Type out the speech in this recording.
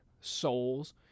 souls